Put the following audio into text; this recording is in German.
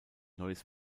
neues